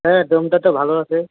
হ্যাঁ ডোমটা তো ভালো আছে